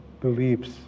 beliefs